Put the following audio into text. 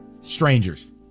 Strangers